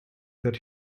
that